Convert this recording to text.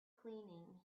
cleaning